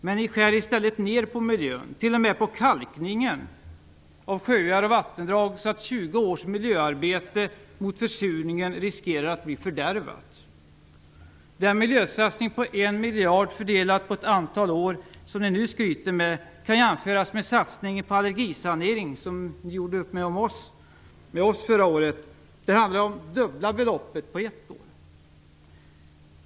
Men ni skär i stället ned på miljön - t.o.m. på kalkningen av sjöar och vattendrag, så att 20 års miljöarbete mot försurningen riskerar att bli fördärvat. Den miljösatsning på en miljard fördelad på ett antal år som ni nu skryter med kan jämföras med den satsning på allergisanering som ni gjorde upp med oss om förra året. Det handlar om dubbla beloppet på ett år.